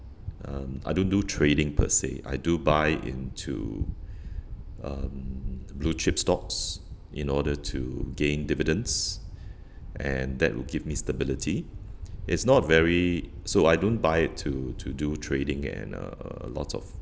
um I don't do trading per se I do buy into um blue-chip stocks in order to gain dividends and that will give me stability it's not very so I don't buy it to to do trading and uh uh a lot of